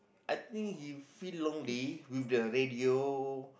I think he feel lonely with the radio